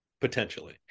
potentially